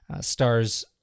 stars